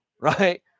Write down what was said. right